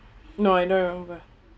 no I know but